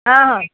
हां हां